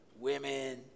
Women